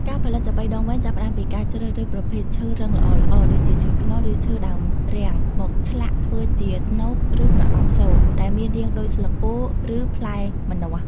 ការផលិត ចាប៉ីដងវែង ចាប់ផ្ដើមពីការជ្រើសរើសប្រភេទឈើរឹងល្អៗ ដូចជាឈើខ្នុរ ឬឈើដើមរាំង មកឆ្លាក់ធ្វើជា ស្នូក ឬប្រអប់សូរ ដែលមានរាងដូចស្លឹកពោធិ ឬផ្លែម្នាស់។